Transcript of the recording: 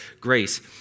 grace